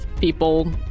people